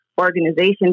organization